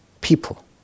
people